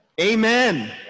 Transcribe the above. Amen